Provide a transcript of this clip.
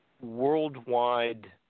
Worldwide